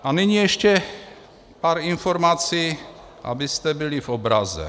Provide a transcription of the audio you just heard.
A nyní ještě pár informací, abyste byli v obraze.